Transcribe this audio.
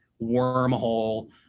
wormhole